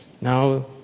Now